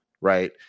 right